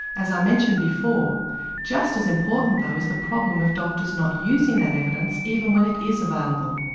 as i mentioned before just as important though is the problem of doctors not using that evidence even when it is available.